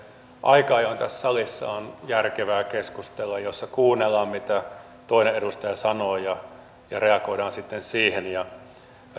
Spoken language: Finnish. aika ajoin tässä salissa on järkevää keskustelua jossa kuunnellaan mitä toinen edustaja sanoo ja ja reagoidaan sitten siihen